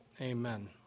Amen